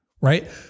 Right